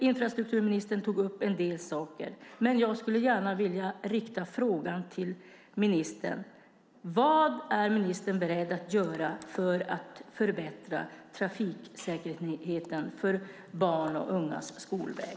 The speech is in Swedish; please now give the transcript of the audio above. Infrastrukturministern tog upp en del saker, men jag skulle gärna vilja fråga ministern: Vad är ministern beredd att göra för att förbättra trafiksäkerheten när det gäller barns och ungas skolväg?